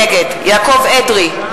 נגד יעקב אדרי,